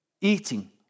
eating